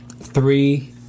three